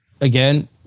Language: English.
again